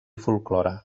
folklore